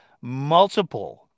multiple